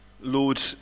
Lord